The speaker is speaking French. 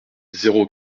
zéro